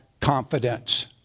confidence